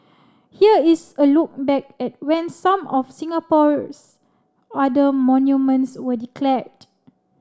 here is a look back at when some of Singapore's other monuments were declared